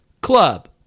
Club